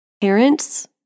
Parents